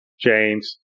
James